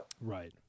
Right